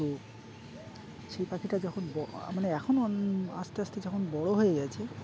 তো সেই পাখিটা যখন মানে এখনও আস্তে আস্তে যখন বড়ো হয়ে গেছে